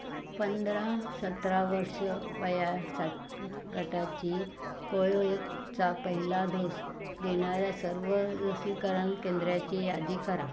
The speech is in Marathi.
पंधरा सतरा वर्ष वयासाठी गटाची कोयोकवचा पहिला डोस देणाऱ्या सर्व लसीकरण केंद्राची यादी करा